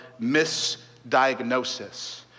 misdiagnosis